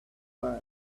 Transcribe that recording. world